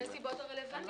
--- מה שיקול הדעת?